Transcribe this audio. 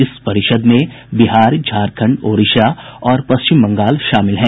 इस परिषद् में बिहार झारखंड ओडिशा और पश्चिम बंगाल शामिल हैं